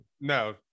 No